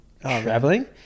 traveling